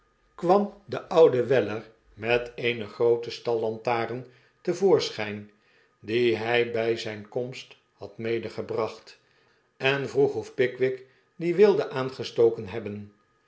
kwam de oude weller met eene groote stal lantaarn te voorschyn die hy by zijn komst had medegebracht en vroeg of pickwick die wilde aangestoken hebben